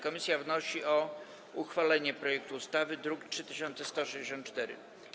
Komisja wnosi o uchwalenie projektu ustawy z druku nr 3164.